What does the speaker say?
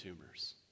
tumors